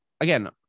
again